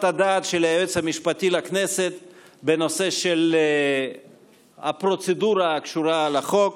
הדעת של היועץ המשפטי לכנסת בנושא של הפרוצדורה הקשורה לחוק.